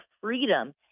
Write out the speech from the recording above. freedom